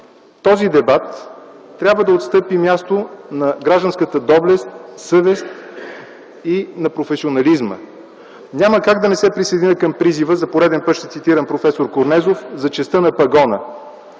този дебат трябва да отстъпи място на гражданската доблест, съвест и на професионализма. Няма как да не се присъединя към призива, за пореден път ще цитирам проф. Корнезов, за честта на пагона.